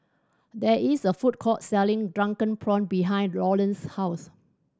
there is a food court selling drunken prawn behind Lawrance's house